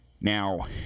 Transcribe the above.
Now